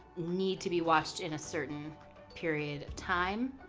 need to be watched in a certain period of time,